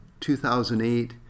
2008